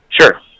Sure